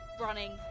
running